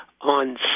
on